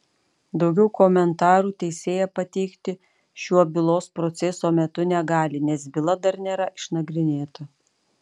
daugiau komentarų teisėja pateikti šiuo bylos proceso metu negali nes byla dar nėra išnagrinėta